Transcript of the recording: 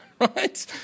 Right